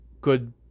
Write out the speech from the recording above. good